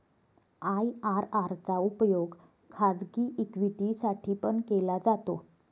IRR चा उपयोग खाजगी इक्विटी साठी पण केला जातो